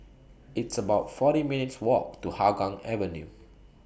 It's about forty minutes' Walk to Hougang Avenue